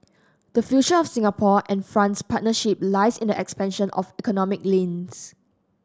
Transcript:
the future of Singapore and France's partnership lies in the expansion of economic links